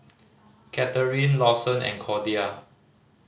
Katharine Lawson and Cordia